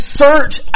search